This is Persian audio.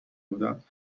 بودند